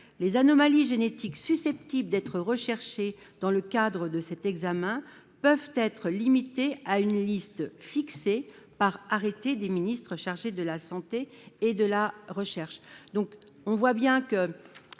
les anomalies génétiques susceptibles d'être recherchées dans le cadre de cet examen peuvent être limitées à une liste fixée par arrêté des ministres chargés de la santé et de la recherche.